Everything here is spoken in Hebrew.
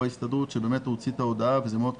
ההסתדרות שהוציא את ההודעה וזה מאוד חשוב,